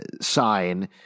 sign